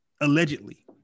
allegedly